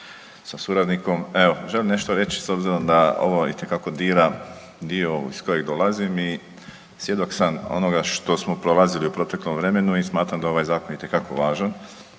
sa suradnikom. Evo, želim nešto reći s obzirom da ovo itekako dira dio ovog iz kojeg dolazim i svjedok sam onoga što smo prolazili u proteklom vremenu i smatram da je ovaj zakon itekako važan